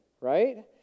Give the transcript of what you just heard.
right